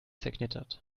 zerknittert